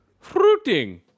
fruiting